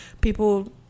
people